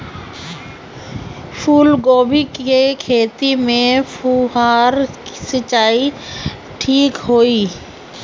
फूल गोभी के खेती में फुहारा सिंचाई ठीक होई?